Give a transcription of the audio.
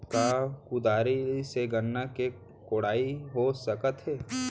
का कुदारी से गन्ना के कोड़ाई हो सकत हे?